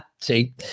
see